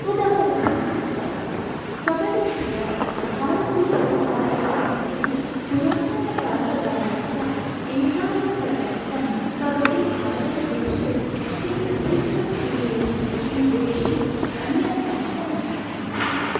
उदाहरणार्थं कबडी कबडी क्रीडा भारतीय क्रीडा एव अस्ति पुरातन कालादारभ्यः एतावत् पर्यन्तं कबडी भारतदेशे अति प्रसिद्धक्रीडे क्रीडेषु अन्यतमः वर्तते